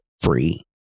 free